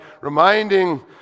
reminding